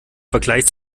vergleich